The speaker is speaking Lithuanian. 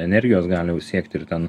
energijos gali jau siekti ir ten